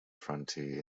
frontier